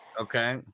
Okay